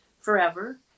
forever